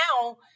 now